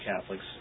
Catholics